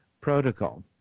protocol